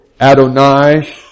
Adonai